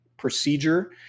procedure